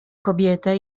kobietę